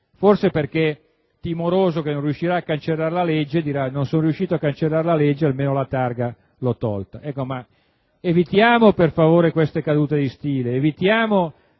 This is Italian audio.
forse perché è timoroso di non riuscire a cancellare la legge e potrà dire «non sono riuscito a cancellare la legge, almeno la targa l'ho tolta». Evitiamo, per favore, queste cadute di stile, evitiamo